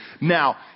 Now